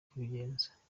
kubigenza